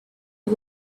are